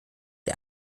der